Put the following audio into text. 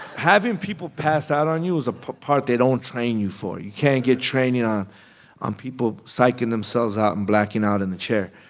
having people pass out on you is a part they don't train you for. you can't get training ah on people psyching themselves out and blacking out in the chair.